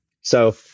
So-